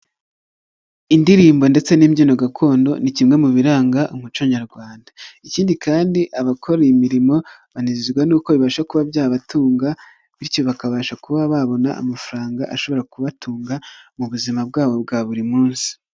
Indirimbo ndetse n'imbyino gakondo ni kimwe mu biranga umuco nyarwanda. Ikindi kandi abakora iyi imirimo, banezezwa n'uko bibasha kuba byabatunga, bityo bakabasha kuba babona amafaranga ashobora kubatunga mu buzima bwabo bwa buri munsi.